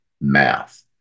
math